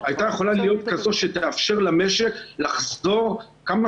הייתה יכולה להיות כזו שתאפשר למשק לחזור כמה